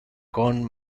con